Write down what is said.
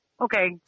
Okay